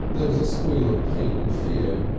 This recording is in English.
there was a squeal of pain and fear,